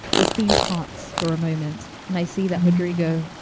the steam parts for a moment and i see that rodrigo,